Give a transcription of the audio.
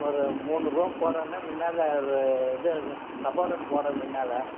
ஒரு மூணு ரூம் போடுறதா இருந்தால் முன்னாடில ஒரு இது கப்போர்டு ஒன்று போடணும் முன்னால